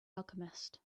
alchemist